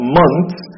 months